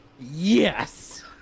Yes